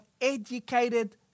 educated